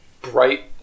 bright